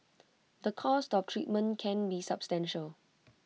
the cost of treatment can be substantial